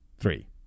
three